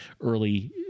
early